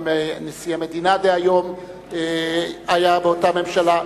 גם נשיא המדינה דהיום היה באותה ממשלה.